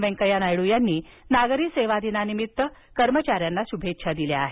वेंकय्या नायडू यांनी नागरी सेवा दिनानिमित्त नागरी सेवा कर्मचाऱ्यांना शुभेच्छा दिल्या आहेत